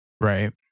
Right